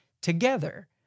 together